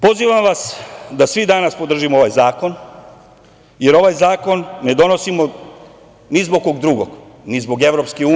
Pozivam vas da svi danas podržimo ovaj zakon, jer ovaj zakon ne donosimo ni zbog kog drugog, ni zbog EU…